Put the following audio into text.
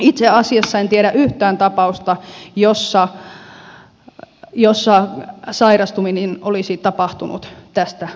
itse asiassa en tiedä yhtään tapausta jossa sairastuminen olisi tapahtunut tästä syystä